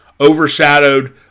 overshadowed